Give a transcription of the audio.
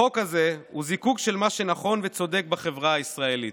החוק הזה הוא זיקוק של מה שנכון וצודק בחברה הישראלית,